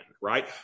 right